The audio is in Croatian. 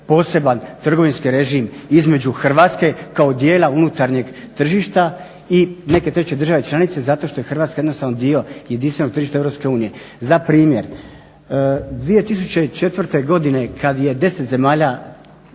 poseban trgovinski režim između Hrvatske kao dijela unutarnjeg tržišta i neke treće države članice zato što je Hrvatska jednostavno dio jedinstvenog tržišta EU. Za primjer, 2004. godine kada je 10 zemalja